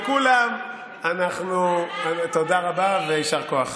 לכולם תודה רבה ויישר כוח.